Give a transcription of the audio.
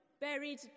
buried